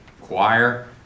choir